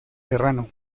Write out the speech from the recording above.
serrano